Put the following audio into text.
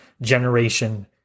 generation